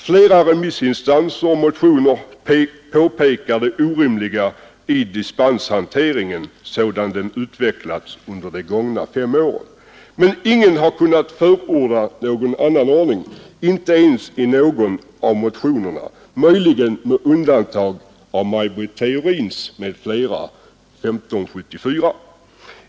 Flera remissinstanser och motionärer pekar på det orimliga i dispenshanteringen, sådan den utvecklats under de gångna fem åren, men ingen har kunnat förorda någon annan ordning, inte ens någon av motionärerna, möjligen med undantag av Maj Britt Theorin m.fl. i motionen 1574.